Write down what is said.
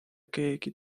keegi